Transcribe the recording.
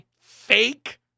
fake